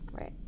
Right